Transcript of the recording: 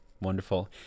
wonderful